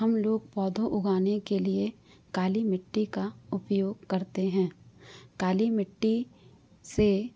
हम लोग पौधों उगाने के लिए काली मिट्टी का उपयोग करते हैं काली मिट्टी से